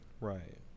right